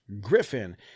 Griffin